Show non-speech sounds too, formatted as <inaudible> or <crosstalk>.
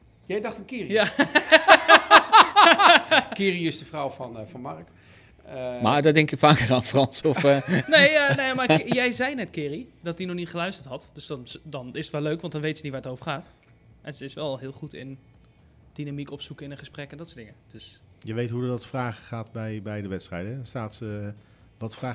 Jij dacht aan Kiri? Ja. <laughs> <laughs> Kiri is de vrouw van, eh, van Mark. Eh, Maar daar denk ik vaker aan Frans, of, eh? <laughs> Nee, eh, nee, <laughs> maar K- jij zei net, Kiri, dat hij nog niet geluisterd had. Dus dan s- dan is het wel leuk, want dan weet ze niet waar het over gaat. En ze is wel heel goed in dynamiek opzoeken in een gesprek en dat soort dingen. Dus- Je weet hoe er dat vragen gaat bij- bij de wedstrijden, hè? Dan staat ze, eh, wat vragen-